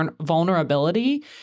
vulnerability